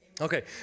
okay